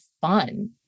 fun